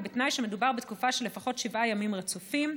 ובתנאי שמדובר בתקופה של לפחות שבעה ימים רצופים.